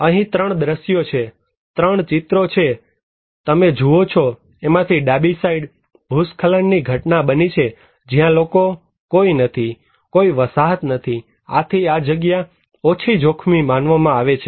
અહીં ત્રણ દ્રશ્યો છે ત્રણ ચિત્રો જે તમે જુઓ છો એમાંથી ડાબી સાઈડ ભૂસ્ખલનની ઘટના બની છે જ્યાં કોઈ લોકો નથી કોઈ વસાહત નથી આથી આ જગ્યા ઓછી જોખમી માનવામાં આવે છે